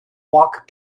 walk